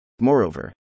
moreover